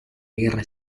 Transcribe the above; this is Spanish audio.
guerra